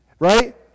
right